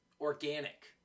organic